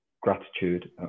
gratitude